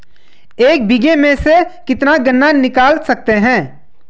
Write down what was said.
एक बीघे में से कितना गन्ना निकाल सकते हैं?